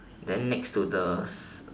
then next to the s~